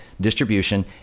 distribution